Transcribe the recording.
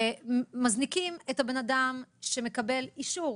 מזניקים את האדם שמקבל אישור